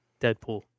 Deadpool